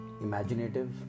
imaginative